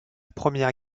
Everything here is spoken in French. première